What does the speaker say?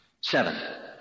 Seven